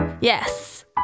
Yes